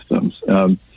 systems